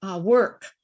work